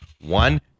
One